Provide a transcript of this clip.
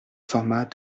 formats